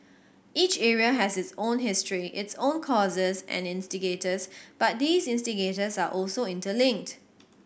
each area has its own history its own causes and instigators but these instigators are also interlinked